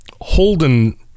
Holden